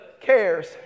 cares